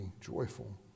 joyful